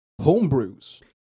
homebrews